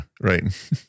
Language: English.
right